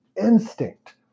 instinct